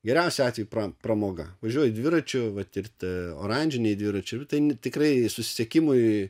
geriausiu atveju pra pramoga važiuoji dviračiu vat ir tie oranžiniai dviračiai tai tikrai susisiekimui